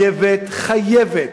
שחייבת, חייבת,